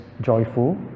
joyful